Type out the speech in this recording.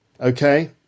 okay